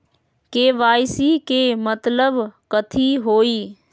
KYC के मतलब कथी होई?